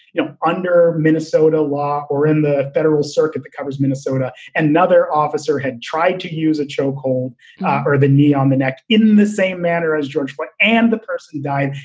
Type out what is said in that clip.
you know, under minnesota law or in the federal circuit that covers minnesota, another officer had tried to use a chokehold or the knee on the neck in the same manner as george bush but and the person died.